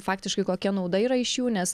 faktiškai kokia nauda yra iš jų nes